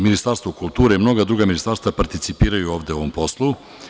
Ministarstvo kulture i mnoga druga ministarstva participiraju ovde u ovom poslu.